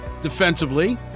defensively